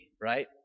right